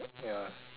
ya